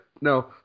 No